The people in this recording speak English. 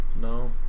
No